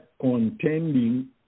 contending